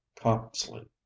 copsley